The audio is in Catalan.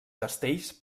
castells